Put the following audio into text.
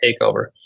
takeover